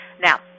Now